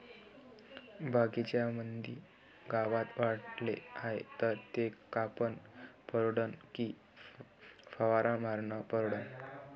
बगीच्यामंदी गवत वाढले हाये तर ते कापनं परवडन की फवारा मारनं परवडन?